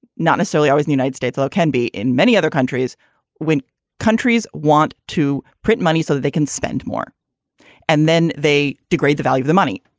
not necessarily always the united states can be in many other countries when countries want to print money so that they can spend more and then they degrade the value of the money.